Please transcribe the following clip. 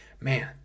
man